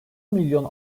milyon